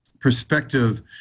perspective